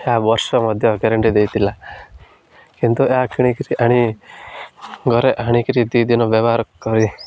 ଗୋଟେ ବର୍ଷ ମଧ୍ୟ ଗ୍ୟାରେଣ୍ଟି ଦେଇଥିଲା କିନ୍ତୁ ଏହା କିଣିକିରି ଆଣି ଘରେ ଆଣିକରି ଦୁଇ ଦିନ ବ୍ୟବହାର କରି